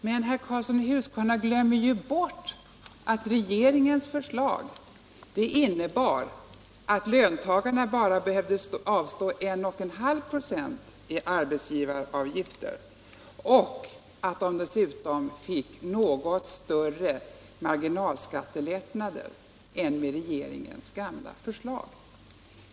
Men herr Karlsson glömmer ju bort att regeringens förslag innebar att löntagarna bara behövde avstå 1,5 26 i arbetsgivaravgifter och att de dessutom fick något större marginalskattelättnader än med regeringens gamla förslag.